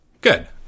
good